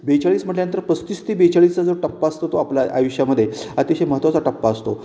बेचाळीस म्हटल्यानंतर पस्तीस बेचाळीचा जो टप्पा असतो तो आपल्या आयुष्यामध्ये अतिशय महत्त्वाचा टप्पा असतो